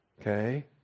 Okay